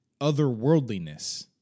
otherworldliness